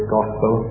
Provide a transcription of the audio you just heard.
Gospel